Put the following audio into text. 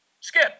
Skip